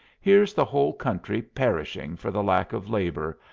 here's the whole country perishing for the lack of labor,